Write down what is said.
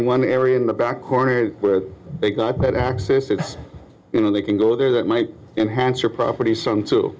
in one area in the back corner where they got that access and you know they can go there that might enhance your property some to